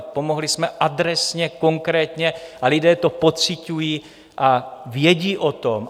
Pomohli jsme adresně, konkrétně, a lidé to pociťují a vědí o tom.